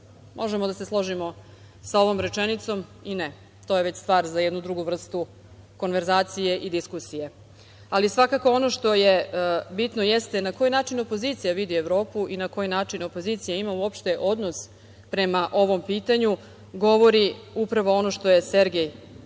Možemo da se složimo sa ovom rečenicom i ne. To je već stvar za jednu drugu vrstu konverzacije i diskusije, ali svakako ono što je bitno jeste na koji način opozicija vidi Evropu i na koji način opozicija ima uopšte odnos prema ovom pitanju govori upravo ono što je Sergej iza